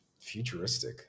futuristic